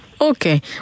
okay